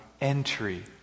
entry